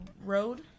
Road